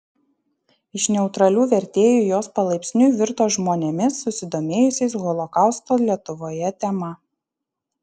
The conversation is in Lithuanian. iš neutralių vertėjų jos palaipsniui virto žmonėmis susidomėjusiais holokausto lietuvoje tema